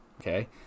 Okay